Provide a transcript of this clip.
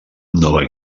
nova